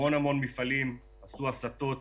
המון מפעלים עשו הסטות